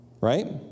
Right